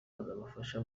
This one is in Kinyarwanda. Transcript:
azabafasha